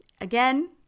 again